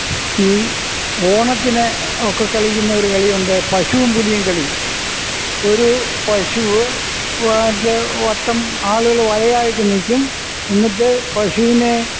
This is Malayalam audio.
ഈ ഓണത്തിന് ഒക്കെ കളിക്കുന്ന ഒരു കളിയുണ്ട് പശുവും പുലിയും കളി ഒരു പശു വാറ്റ് വട്ടം ആളുകൾ വലയായിട്ട് നിൽക്കും എന്നിട്ട് പശുവിനെ